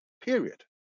period